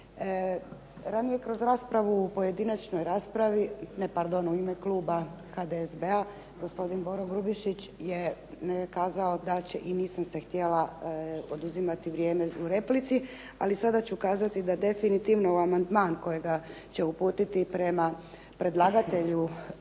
Ranije kroz raspravu, u ime kluba HDSSB-a gospodin Boro Grubišić je kazao da će i nisam si htjela oduzimati vrijeme u replici, ali sada ću kazati da definitivno amandman kojega će uputiti prema predlagatelju na